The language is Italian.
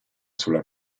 sulla